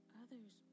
others